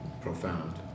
Profound